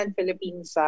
Philippines